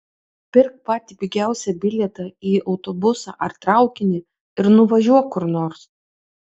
pirk patį pigiausią bilietą į autobusą ar traukinį ir nuvažiuok kur nors